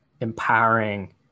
empowering